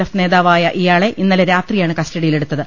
F നേതാവായ ഇയാളെ ഇന്നലെ രാത്രിയാണ് കസ്റ്റ ഡിയിലെടുത്തത്